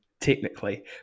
technically